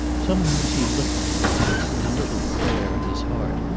sometimes he looked at elizabeth with a little prayer in his heart,